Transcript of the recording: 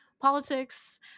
politics